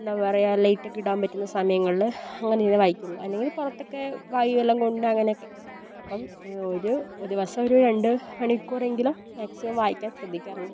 എന്താ പറയുക ലൈറ്റൊക്കെ ഇടാൻ പറ്റുന്ന സമയങ്ങളിൽ അങ്ങനെ ഇരുന്ന് വായിക്കുള്ളൂ അല്ലെങ്കിൽ പുറത്തൊക്കെ വായു വെള്ളം കൊണ്ട് അങ്ങനെയൊക്കെ അപ്പം ഒരു ദിവസം ഒരു രണ്ട് മണിക്കൂറെങ്കിലും മാക്സിമം വായിക്കാൻ ശ്രദ്ധിക്കാറുണ്ട്